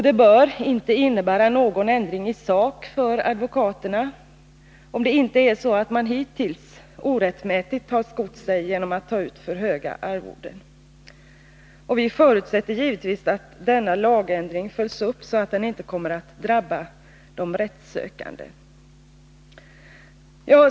Det bör inte innebära någon ändring i sak för advokaterna, om det inte är så att man hittills orättmätigt har skott sig genom att ta ut för höga arvoden. Vi förutsätter givetvis att denna lagändring följs upp, så att den inte kommer att drabba de rättssökande.